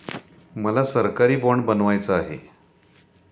मला सरकारी बाँड बनवायचा आहे